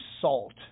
salt